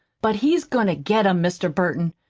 but he's goin' to get em, mr. burton.